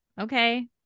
okay